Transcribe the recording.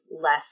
less